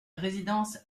résidence